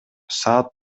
саат